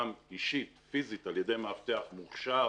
גם פיזית על ידי מאבטח מוכשר,